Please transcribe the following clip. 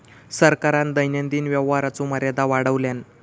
सरकारान दैनंदिन व्यवहाराचो मर्यादा वाढवल्यान